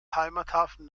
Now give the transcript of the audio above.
heimathafen